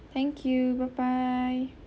thank you bye bye